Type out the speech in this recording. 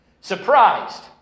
Surprised